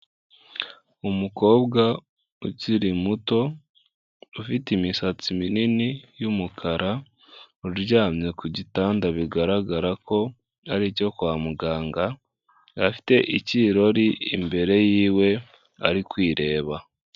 Umukobwa ukiri muto ufite imisatsi minini y'umukara uryamye ku gitanda bigaragara ko ari icyo kwa muganga, afite ikirori imbere yiwe ari kwireba.